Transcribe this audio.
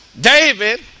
David